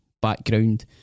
background